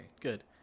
Good